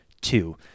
two